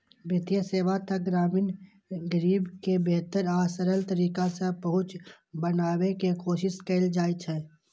वित्तीय सेवा तक ग्रामीण गरीब के बेहतर आ सरल तरीका सं पहुंच बनाबै के कोशिश कैल जाइ छै